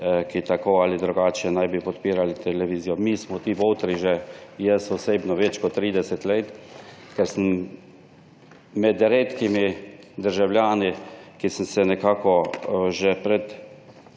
bi tako ali drugače podpirali televizijo. Mi smo ti botri, jaz osebno že več kot 30 let, ker sem med redkimi državljani, ki nekako že pred